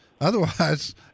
Otherwise